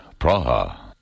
Praha